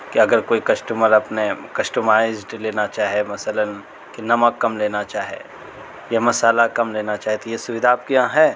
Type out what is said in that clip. کہ اگر کوئی کسمٹر اپنے کسٹومائزڈ لینا چاہے مثلاً کہ نمک کم لینا چاہے یا مسالہ کم لینا چاہے تو یہ سویدھا آپ کے یہاں ہے